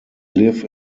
live